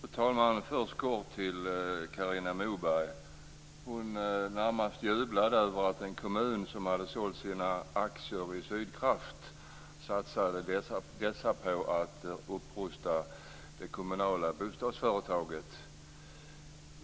Fru talman! Först kort till Carina Moberg. Hon närmast jublade över att en kommun som hade sålt sina aktier i Sydkraft satsade pengarna på att upprusta det kommunala bostadsföretaget.